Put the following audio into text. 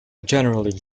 generally